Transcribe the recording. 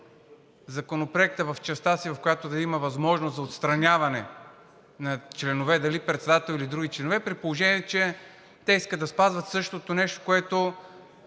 Законопроекта в частта му, в която да има възможност за отстраняване на членове – дали председател, или други членове, при положение че те искат да спазват същото нещо, което